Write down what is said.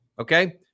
Okay